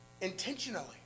intentionally